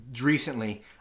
recently